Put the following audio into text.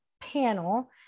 panel